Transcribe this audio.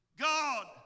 God